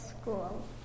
School